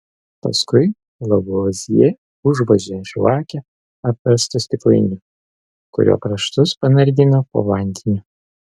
paskui lavuazjė užvožė žvakę apverstu stiklainiu kurio kraštus panardino po vandeniu